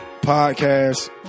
podcast